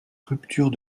rupture